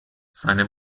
seine